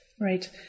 right